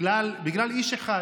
בגלל איש אחד,